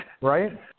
right